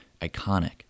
iconic